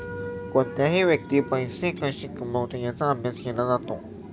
कोणतीही व्यक्ती पैसे कशी कमवते याचा अभ्यास केला जातो